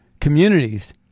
communities